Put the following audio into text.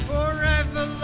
Forever